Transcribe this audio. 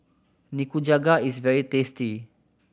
nikujaga is very tasty